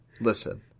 listen